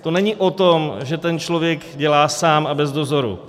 To není o tom, že ten člověk dělá sám a bez dozoru.